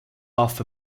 off